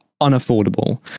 unaffordable